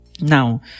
now